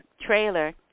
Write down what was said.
trailer